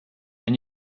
and